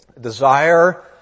desire